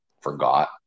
forgot